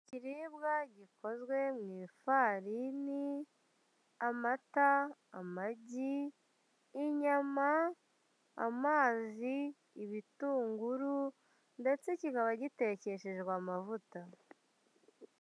Ikiribwa gikozwe mu ifarini, amata, amagi, inyama, amazi, ibitunguru, ndetse kiba gitekeshejwe amavuta.